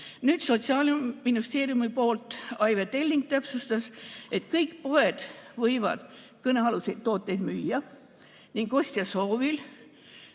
Sotsiaalministeeriumi poolt Aive Telling täpsustas, et kõik poed võivad kõnealuseid tooteid müüa ning ostja soovil